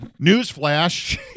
newsflash